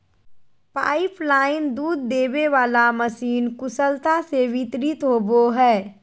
pipeline दूध देबे वाला मशीन कुशलता से वितरित होबो हइ